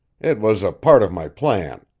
it was a part of my plan.